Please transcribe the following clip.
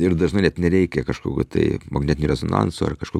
ir dažnai net nereikia kažkokio tai magnetinio rezonanso ar kažko